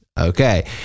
Okay